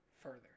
further